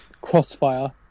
Crossfire